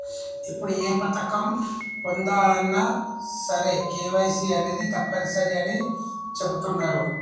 ఇప్పుడు ఏ పథకం పొందాలన్నా సరే కేవైసీ అనేది తప్పనిసరి అని చెబుతున్నరు